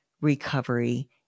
recovery